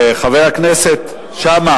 חבר הכנסת אלקין, רק רגע.